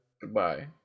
Goodbye